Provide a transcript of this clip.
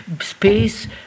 space